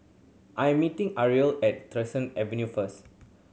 I am meeting Ariel at Avenue first